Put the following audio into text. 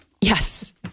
Yes